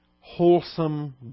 wholesome